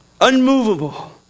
Unmovable